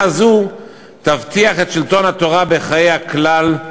זו תבטיח את שלטון התורה בחיי הכלל,